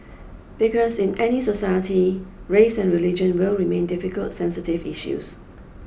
because in any society race and religion will remain difficult sensitive issues